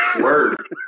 Word